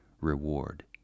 reward